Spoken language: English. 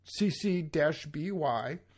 cc-by